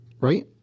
right